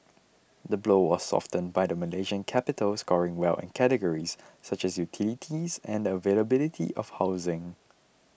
the blow was softened by the Malaysian capital scoring well in categories such as utilities and the availability of housing